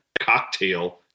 cocktail